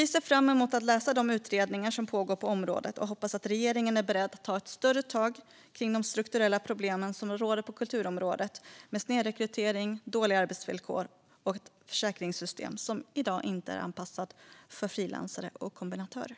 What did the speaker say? Vi ser fram emot att läsa de utredningar som pågår på området och hoppas att regeringen är beredd att ta ett större tag om de strukturella problem som råder på kulturområdet med snedrekrytering, dåliga arbetsvillkor och ett försäkringssystem som i dag inte är anpassat för frilansare och kombinatörer.